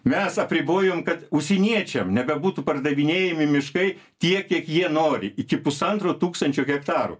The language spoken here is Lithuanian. mes apribojom kad užsieniečiam nebebūtų pardavinėjami miškai tiek kiek jie nori iki pusantro tūkstančio hektarų